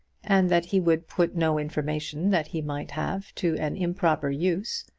and that he would put no information that he might have to an improper use.